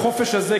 החופש הזה,